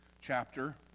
chapter